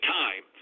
time